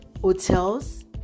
hotels